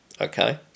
Okay